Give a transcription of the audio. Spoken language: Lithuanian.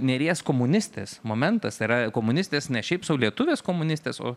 nėries komunistės momentas yra komunistės ne šiaip sau lietuvės komunistės o